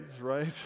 right